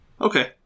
Okay